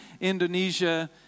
Indonesia